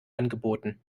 angeboten